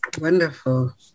wonderful